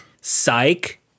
Psych